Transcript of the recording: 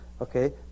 Okay